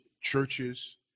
churches